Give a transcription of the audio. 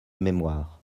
mémoire